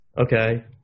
Okay